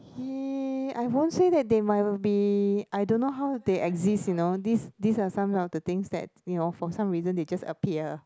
I won't say that they might be I don't know how they exists you know these these are some of the things that for some reason they just appear